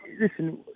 listen